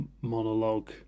monologue